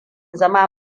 zama